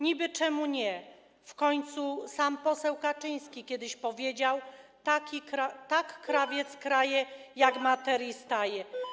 Niby czemu nie, w końcu sam poseł Kaczyński kiedyś powiedział: Tak krawiec kraje, jak materii staje.